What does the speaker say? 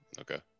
okay